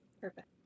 Perfect